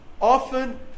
often